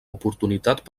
oportunitat